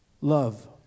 love